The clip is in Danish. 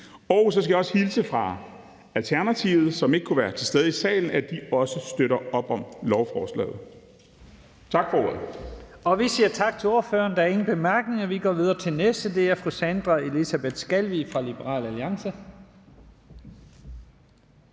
Og så skal jeg også hilse fra Alternativet, som ikke kunne være til stede i salen, og sige, at de også støtter op om lovforslaget. Tak for ordet. Kl. 10:21 Første næstformand (Leif Lahn Jensen): Vi siger tak til ordføreren. Der er ingen korte bemærkninger. Vi går videre til den næste ordfører, og det er fru Sandra Elisabeth Skalvig fra Liberal Alliance.